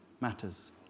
matters